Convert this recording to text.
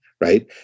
Right